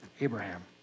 Abraham